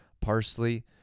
parsley